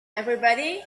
everybody